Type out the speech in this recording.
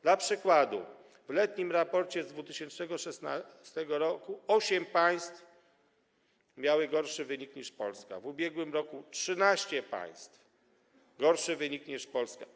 Dla przykładu w letnim raporcie w 2016 r. osiem państw miało gorszy wynik niż Polska, a w ubiegłym roku 13 państw miało gorszy wynik niż Polska.